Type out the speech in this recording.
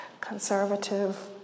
conservative